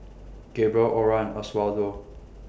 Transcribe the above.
Gabriel Ora Oswaldo